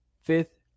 fifth